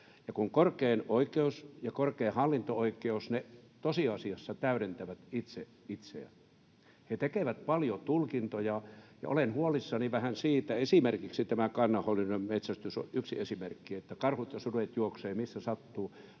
korkein oikeus ja korkein hallinto-oikeus tosiasiassa täydentävät itse itseään. Ne tekevät paljon tulkintoja, ja olen vähän huolissani siitä. Tämä kannanhoidollinen metsästys on yksi esimerkki — että karhut ja sudet juoksevat missä sattuu.